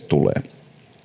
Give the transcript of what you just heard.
tulee